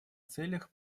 целях